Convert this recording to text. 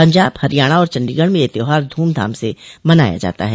पंजाब हरियाणा और चंडीगढ़ में यह त्यौहार धूम धाम से मनाया जाता है